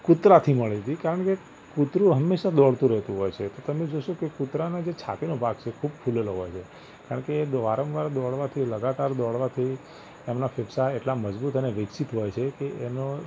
કૂતરાંથી મળી હતી કારણ કે કૂતરું હંમેશા દોડતું રહેતું હોય છે તો તમે જોશો કે કૂતરાંના જે છાતીનો ભાગ છે ખૂબ ફૂલેલો હોય છે કારણ કે એ વારંવાર દોડવાથી લગાતાર દોડવાથી એમના ફેફસાં એટલા મજબૂત અને વિકસિત હોય છે કે એનો